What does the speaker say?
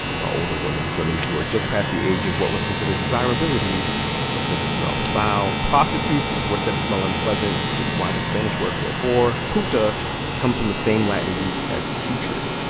while older women women who were just past the age of what was considered desirability were said to smell foul. prostitutes were said to smell unpleasant, which is why the spanish word for whore puta comes from the same latin root as putrid.